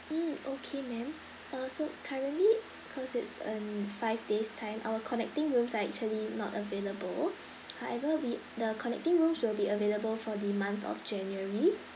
mm okay ma'am uh so currently cause it's um five days time our connecting rooms are actually not available however we the connecting rooms will be available for the month of january